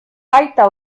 baita